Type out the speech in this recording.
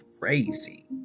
crazy